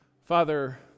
Father